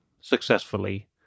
successfully